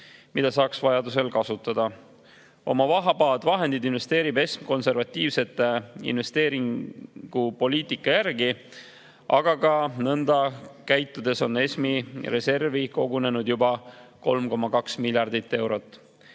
mida saaks vajadusel kasutada. Oma vabad vahendid investeerib ESM konservatiivse investeeringupoliitika järgi, aga ka nõnda käitudes on ESM‑i reservi kogunenud juba 3,2 miljardit eurot.